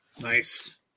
Nice